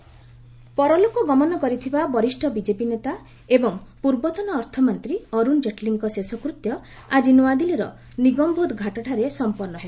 Jaitley funeral ପରଲୋକ ଗମନ କରିଥିବା ବରିଷ୍ଠ ବିଜେପି ନେତା ଏବଂ ପୂର୍ବତନ ଅର୍ଥମନ୍ତ୍ରୀ ଅରୁଣ ଜେଟ୍ଲୀଙ୍କ ଶେଷକୃତ୍ୟ ଆଜି ନୂଆଦିଲ୍ଲୀର ନିଗମବୋଧ ଘାଟଠାରେ ସମ୍ପନ୍ନ ହେବ